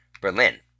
Berlin